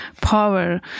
power